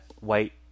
white